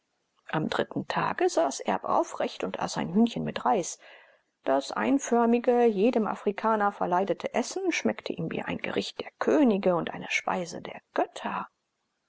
am dritten tage saß erb aufrecht und aß ein hühnchen mit reis das einförmige jedem afrikaner verleidete essen schmeckte ihm wie ein gericht der könige und eine speise der götter